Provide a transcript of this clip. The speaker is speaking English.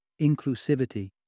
inclusivity